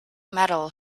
metal